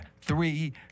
three